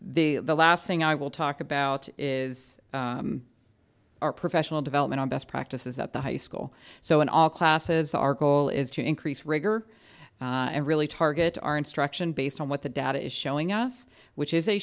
the last thing i will talk about is our professional development on best practices at the high school so in all classes our goal is to increase rigor and really target our instruction based on what the data is showing us which is a